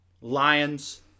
Lions